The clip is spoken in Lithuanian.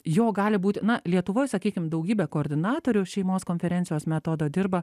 jo gali būti na lietuvoj sakykim daugybė koordinatorių šeimos konferencijos metodo dirba